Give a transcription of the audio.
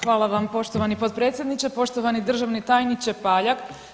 Hvala vam poštovani potpredsjedniče, poštovani državni tajniče Paljak.